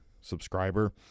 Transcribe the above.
subscriber